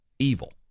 evil